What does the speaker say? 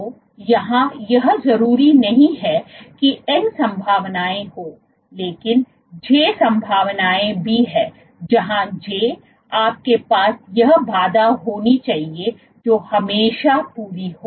तो यहाँ यह जरूरी नहीं है कि n संभावनाएं हों लेकिन j संभावनाएं भी है जहां j आपके पास यह बाधा होनी चाहिए जो हमेशा पूरी हो